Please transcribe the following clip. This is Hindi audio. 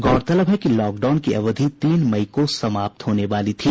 गौरतलब है कि लॉकडाउन की अवधि तीन मई को समाप्त होने वाली थी